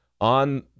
On